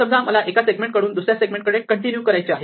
समजा मला एका सेगमेंट कडून दुसऱ्या सेगमेंट कडे कंटिन्यू करायचे आहे